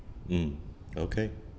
mm okay